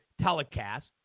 telecast